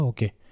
Okay